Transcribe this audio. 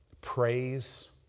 praise